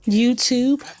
YouTube